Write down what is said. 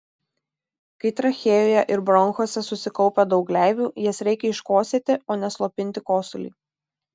kai trachėjoje ir bronchuose susikaupia daug gleivių jas reikia iškosėti o ne slopinti kosulį